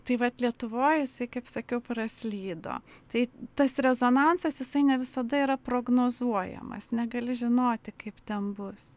tai vat lietuvoj jisai kaip sakiau praslydo tai tas rezonansas jisai ne visada yra prognozuojamas negali žinoti kaip ten bus